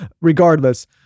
regardless